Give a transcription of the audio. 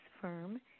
firm